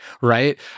right